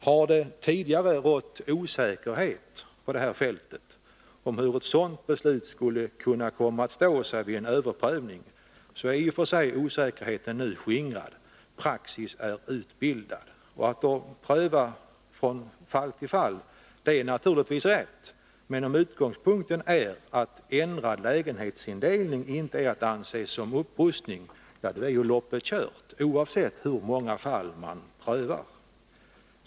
Har det tidigare rått osäkerhet på det här fältet om hur ett sådant beslut skulle komma att stå sig vid en överprövning, är i och för sig osäkerheten nu skingrad. Praxis är utbildad. Att pröva från fall till fall är naturligtvis rätt, men om utgångspunkten är att en ändring av lägenhetsindelningen inte är att anse som upprustning, då är loppet kört, oavsett hur många fall man prövar.